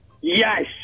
Yes